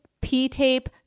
P-tape